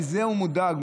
מזה הוא מודאג,